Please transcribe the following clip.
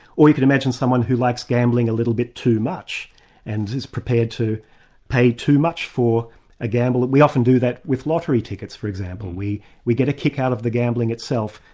or you could imagine someone who likes gambling a little bit too much and is prepared to pay too much for a gamble. we often do that with lottery tickets for example, we we get a kick out of the gambling itself,